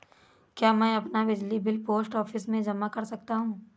क्या मैं अपना बिजली बिल पोस्ट ऑफिस में जमा कर सकता हूँ?